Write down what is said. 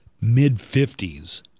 mid-50s